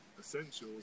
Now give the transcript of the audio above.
essentials